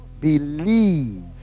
believe